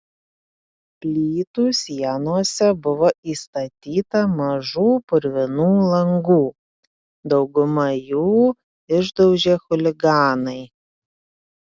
plytų sienose buvo įstatyta mažų purvinų langų daugumą jų išdaužė chuliganai